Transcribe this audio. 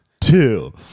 two